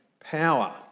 power